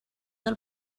del